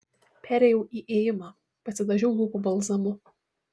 perėjau į ėjimą pasidažiau lūpų balzamu